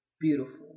beautiful